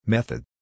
Method